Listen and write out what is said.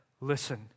listen